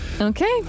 Okay